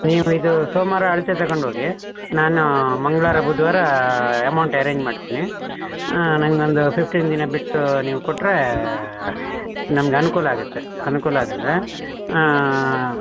ನೀವು ಇದೂ ಸೋಮವಾರ ಅಳತೆ ತಕಂಡೋಗಿ ನಾನು ಮಂಗಳವಾರ ಬುಧವಾರ ಎಮೌಂಟ್ ಎರೆಂಜ್ ಮಾಡ್ತೀನಿ ನನಗೊಂದು ಫಿಫ್ಟೀನ್ ದಿನ ಬಿಟ್ಟು ನೀವು ಕೊಟ್ಟರೆ ನಮ್ಗೆ ಅನುಕೂಲ ಆಗುತ್ತೆ ಅನುಕೂಲ ಆಗುತ್ತೆ ಆಂ